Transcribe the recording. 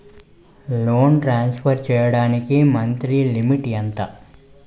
డబ్బును ట్రాన్సఫర్ చేయడానికి monthly limit ఎంత?